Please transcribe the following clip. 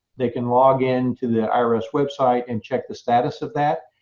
they can log in to the irs website and check the status of that.